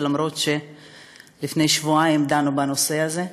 אף שלפני שבועיים דנו בנושא הזה.